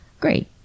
great